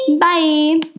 Bye